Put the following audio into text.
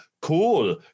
cool